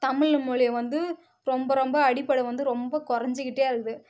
தமிழ் மொழிய வந்து ரொம்ப ரொம்ப அடிபடை வந்து ரொம்ப குறைஞ்சிகிட்டே வருது